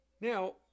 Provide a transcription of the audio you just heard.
Now